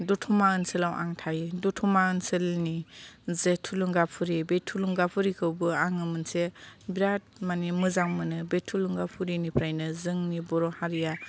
दतमा ओनसोलाव आं थायो दतमा ओनसोलनि जे थुलुंगाफुरि बे थुलुंगाफुरिखौबो आङो मोनसे बिराद माने मोजां मोनो बे थुलुंगाफुरिनिफ्रायनो जोंनि बर' हारिया